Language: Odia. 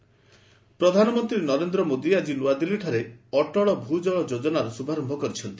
ପିଏମ୍ ଭୂଜଳ ପ୍ରଧାନମନ୍ତ୍ରୀ ନରେନ୍ଦ୍ର ମୋଦି ଆଜି ନ୍ତଆଦିଲ୍ଲୀଠାରେ ଅଟଳ ଭ୍ ଜଳ ଯୋଜନାର ଶୁଭାରମ୍ଭ କରିଛନ୍ତି